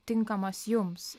tinkamas jums